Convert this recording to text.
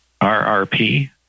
RRP